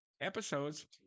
episodes